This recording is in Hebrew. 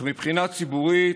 אך מבחינה ציבורית,